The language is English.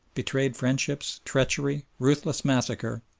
betrayed friendships, treachery, ruthless massacre,